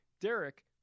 Derek